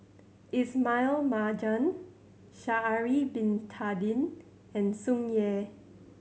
Ismail Marjan Sha'ari Bin Tadin and Tsung Yeh